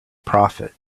prophet